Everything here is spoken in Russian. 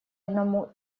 одному